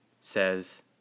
says